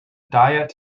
diet